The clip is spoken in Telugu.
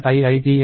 ac